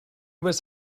was